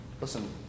Listen